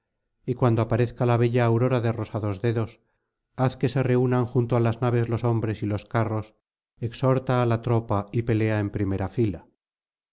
y cuando aparezca la bella aurora de rosados dedos haz que se reúnan junto á las naves los hombres y los carros exhorta á la tropa y pelea en primera fila